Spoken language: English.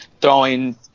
throwing